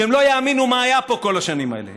שהם לא יאמינו מה היה פה כל השנים האלה.